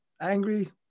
angry